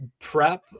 Prep